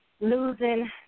losing